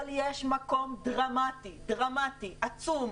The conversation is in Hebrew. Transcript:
אבל יש מקום דרמטי דרמטי עצום,